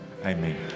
Amen